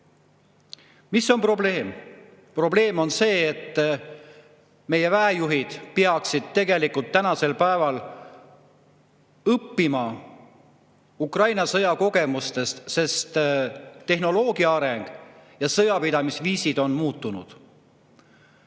Milles on probleem? Probleem on selles, et meie väejuhid peaksid tänasel päeval õppima Ukraina sõjakogemustest, sest tehnoloogia areneb ja sõjapidamisviisid on muutunud.